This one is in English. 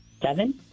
seven